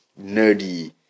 nerdy